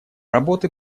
работы